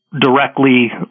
directly